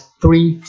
three